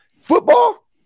football